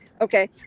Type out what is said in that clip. okay